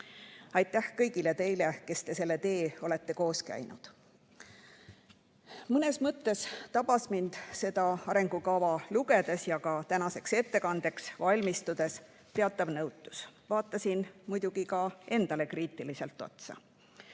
Aitäh kõigile teile, kes te selle tee olete koos läbi käinud! Mõnes mõttes tabas mind seda arengukava lugedes ja ka tänaseks ettekandeks valmistudes teatav nõutus. Vaatasin muidugi ka endale kriitiliselt otsa.